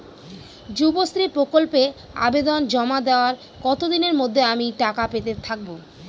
যুবশ্রী প্রকল্পে আবেদন জমা দেওয়ার কতদিনের মধ্যে আমি টাকা পেতে থাকব?